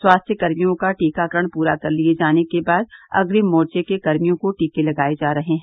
स्वास्थ्यकर्मियों का टीकाकरण पूरा कर लिये जाने के बाद अग्रिम मोर्चे के कर्मियों को टीके लगाये जा रहे हैं